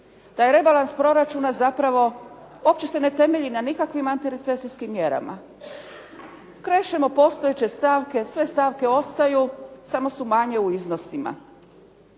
Taj rebalans proračuna zapravo uopće se ne temelji na nikakvim antirecesijskim mjerama. Krešemo postojeće stavke, sve stavke ostaju, samo su manje u iznosima